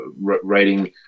writing